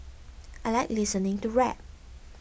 I like listening to rap